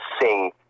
sing